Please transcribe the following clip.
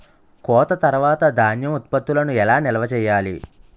కోత తర్వాత ధాన్యం ఉత్పత్తులను ఎలా నిల్వ చేయాలి?